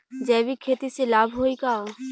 जैविक खेती से लाभ होई का?